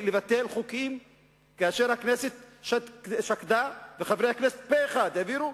לבטל חוקים שהכנסת שקדה עליהם וחברי הכנסת פה-אחד העבירו.